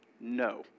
No